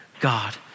God